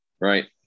Right